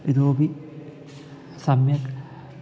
इतोपि सम्यक्